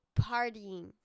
Partying